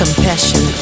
Compassion